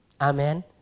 Amen